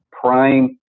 prime